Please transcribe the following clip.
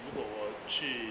如果我去